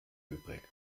übrig